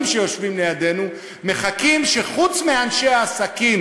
שיושבים לידנו מחכים שחוץ מאנשי העסקים,